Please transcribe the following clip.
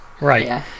Right